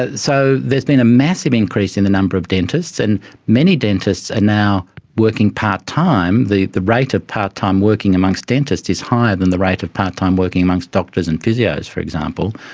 ah so there's been a massive increase in the number of dentists, and many dentists are and now working part-time. the the rate of part-time working amongst dentists is higher than the rate of part-time working amongst doctors and physios, for example.